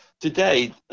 today